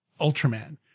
Ultraman